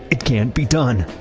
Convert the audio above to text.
it can't be done!